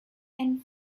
and